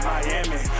Miami